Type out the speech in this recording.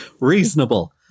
Reasonable